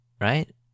Right